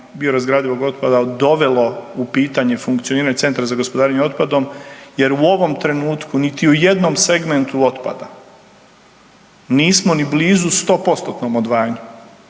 biorazgradivog otpada dovelo u pitanje funkcioniranje centra za gospodarenje otpadom jer u ovom trenutku niti u jednom segmentu otpada nismo ni blizu 100%-tnom odvajanju,